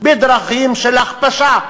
בדרכים של הכפשה,